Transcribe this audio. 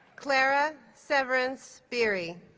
clara severance beery